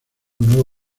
nuevo